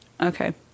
Okay